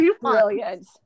Brilliant